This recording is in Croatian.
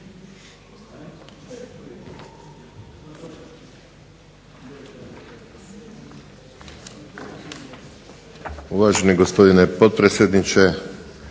Uvaženi gospodine potpredsjedniče,